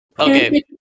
Okay